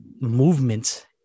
movement